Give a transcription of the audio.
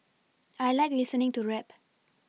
I like listening to rap